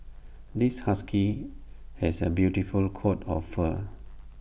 this husky has A beautiful coat of fur